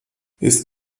ist